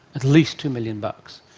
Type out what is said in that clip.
at least two million bucks.